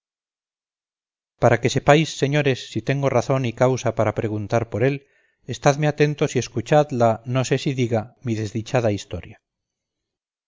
para que sepáis señores si tengo razón y causa para preguntar por él estadme atentos y escuchad la no sé si diga mi desdichada historia